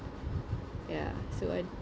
ya so I